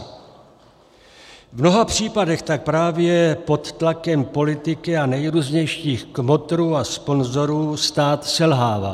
V mnoha případech tak právě pod tlakem politiky a nejrůznějších kmotrů a sponzorů stát selhával.